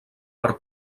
per